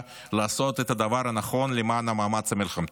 לעשות את הדבר הנכון למען המאמץ המלחמתי,